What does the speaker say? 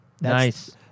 Nice